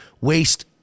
waste